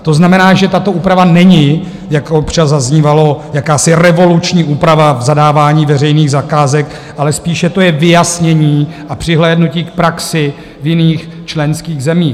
To znamená, že tato úprava není, jak občas zaznívalo, jakási revoluční úprava v zadávání veřejných zakázek, ale spíše to je vyjasnění a přihlédnutí k praxi v jiných členských zemích.